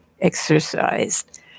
exercised